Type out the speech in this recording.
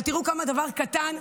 אבל תראו כמה דבר קטן,